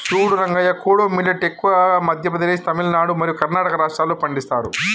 సూడు Rangayya kodo millet ఎక్కువగా మధ్య ప్రదేశ్, తమిలనాడు మరియు కర్ణాటక రాష్ట్రాల్లో పండిస్తారు